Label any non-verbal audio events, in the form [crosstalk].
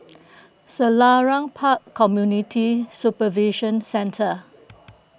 [noise] Selarang Park Community Supervision Centre